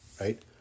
right